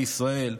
בישראל,